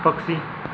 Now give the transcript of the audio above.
पक्षी